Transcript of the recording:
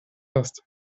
hast